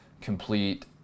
complete